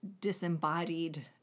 disembodied